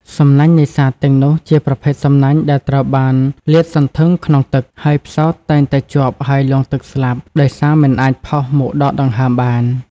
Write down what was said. សំណាញ់នេសាទទាំងនោះជាប្រភេទសំណាញ់ដែលត្រូវបានលាតសន្ធឹងក្នុងទឹក ហើយផ្សោតតែងតែជាប់ហើយលង់ទឹកស្លាប់ដោយសារមិនអាចផុសមកដកដង្ហើមបាន។